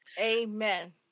Amen